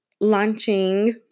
Launching